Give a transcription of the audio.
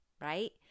right